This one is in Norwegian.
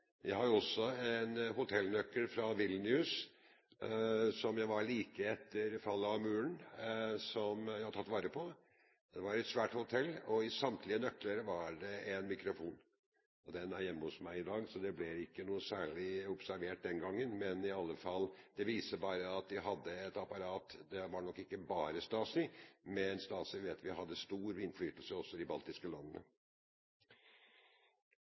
Jeg har en hotellnøkkel fra Vilnius – der jeg var like etter Murens fall – som jeg har tatt vare på. Det var et svært hotell, og i samtlige nøkler var det en mikrofon. Den nøkkelen er hjemme hos meg i dag – så det ble ikke observert noe særlig den gangen. Men det viser at man hadde et apparat, det var nok ikke bare Stasi, men vi vet at Stasi hadde stor innflytelse også i de baltiske landene.